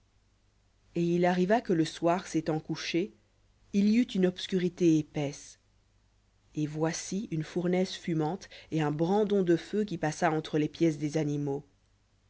et il arriva que le soleil s'étant couché il y eut une obscurité épaisse et voici une fournaise fumante et un brandon de feu qui passa entre les pièces des animaux